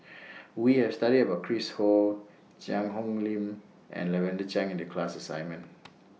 We Have studied about Chris Ho Cheang Hong Lim and Lavender Chang in The class assignment